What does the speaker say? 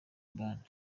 band